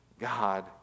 God